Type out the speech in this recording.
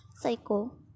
Psycho